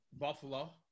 Buffalo